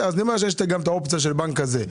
יש גם אופציה של הבנק הזה.